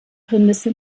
prämisse